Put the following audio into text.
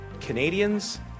Canadians